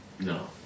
No